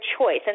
choice